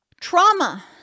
Trauma